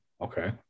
Okay